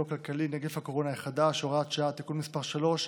כלכלי (נגיף הקורונה החדש) (הוראת שעה) (תיקון מס' 3)